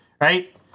right